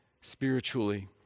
spiritually